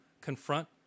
confront